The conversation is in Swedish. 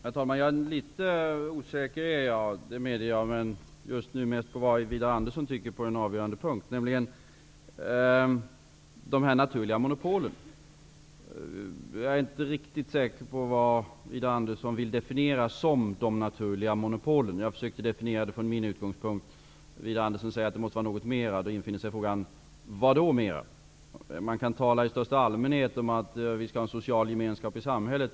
Herr talman! Jag medger att jag är litet osäker. Men just nu gäller det vad Widar Andersson tycker på den avgörande punkten, nämligen de naturliga monopolen. Jag är inte riktigt säker på vad Widar Andersson vill definiera som de naturliga monopolen. Jag försökte definiera begreppet från min utgångspunkt. Widar Andersson säger att det måste vara något mera. Då infinner sig frågan: Vad då mera? Det talas i största allmänhet om social gemenskap i samhället.